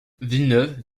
villeneuve